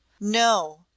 no